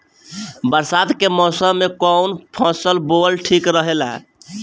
बरसात के मौसम में कउन फसल बोअल ठिक रहेला?